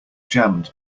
jammed